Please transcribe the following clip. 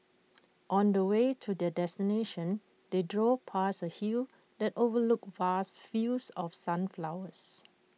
on the way to their destination they drove past A hill that overlooked vast fields of sunflowers